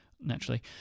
naturally